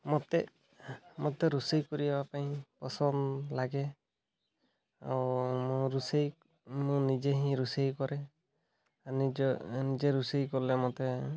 ମୋତେ ମୋତେ ରୋଷେଇ କରିବା ପାଇଁ ପସନ୍ଦ ଲାଗେ ଆଉ ମୁଁ ରୋଷେଇ ମୁଁ ନିଜେ ହିଁ ରୋଷେଇ କରେ ନିଜ ନିଜେ ରୋଷେଇ କଲେ ମତେ